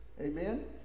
Amen